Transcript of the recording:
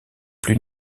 plus